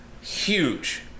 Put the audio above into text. huge